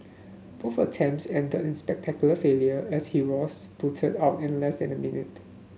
both attempts ended in spectacular failure as he was booted out in less than a minute